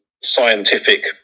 scientific